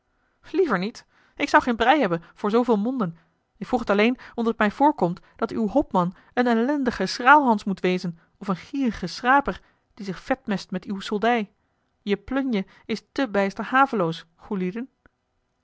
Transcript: liever niet ik zou geen brij hebben voor zooveel monden ik vroeg t alleen omdat het mij voorkomt dat uw hopman een ellendige schraalhans moet wezen of een gierige schraper die zich vetmest met uwe soldij je plunje is te bijster haveloos goê